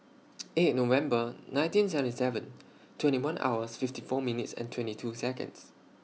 eight November nineteen seventy seven twenty one hours fifty four minutes and twenty two Seconds